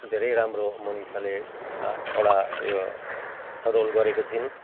धेरै राम्रो मनिषाले एउटा यो रोल गरेकी छिन